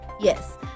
Yes